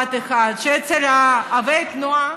במשפט אחד: אצל אבות התנועה,